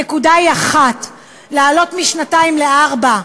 הנקודה היא אחת: להעלות משנתיים לארבע,